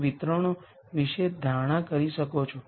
તેથી આ column space પર સ્પાન અન્ય બે આઇગન વૅલ્યુઝ માટે છે